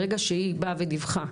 ברגע שהיא באה ודיווחה,